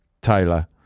Taylor